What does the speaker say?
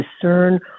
discern